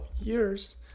years